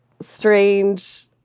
strange